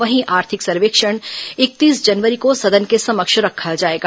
वहीं आर्थिक सर्वेक्षण इकतीस जनवरी को सदन के समक्ष रखा जायेगा